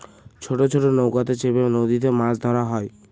ছোট ছোট নৌকাতে চেপে নদীতে মাছ ধরা হয়